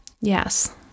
Yes